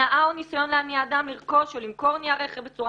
הנעה או ניסיון להניע אדם לרכוש או למכור נייר ערך בצורה